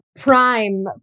prime